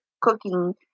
cooking